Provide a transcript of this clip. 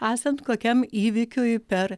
esant kokiam įvykiui per